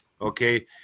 Okay